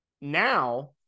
now